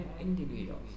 individuals